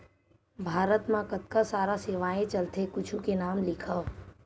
भारत मा कतका सारा सेवाएं चलथे कुछु के नाम लिखव?